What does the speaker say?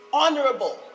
honorable